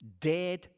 dead